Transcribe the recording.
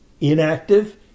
inactive